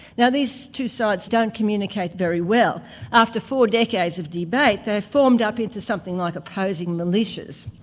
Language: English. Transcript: now these two sides don't communicate very well after four decades of debate, they've formed up into something like opposing militias.